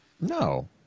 No